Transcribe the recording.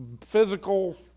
physical